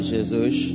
Jesus